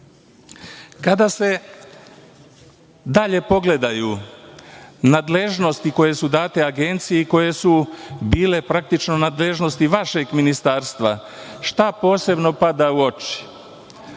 se dalje pogledaju nadležnosti koje su date Agenciji i koje su bile praktično nadležnosti van vašeg ministarstva, šta posebno pada u oči?